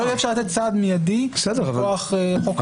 לא אפשר יהיה לתת סעד מידי מכוח חוק הרעש.